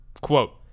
Quote